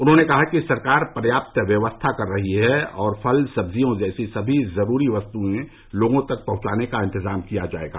उन्होंने कहा कि सरकार पर्याप्त व्यवस्था कर रही है और फल सब्जियों जैसी सभी जरूरी वस्तुएं लोगों तक पहुंचाने का इंतजाम किया जाएगा